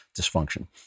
dysfunction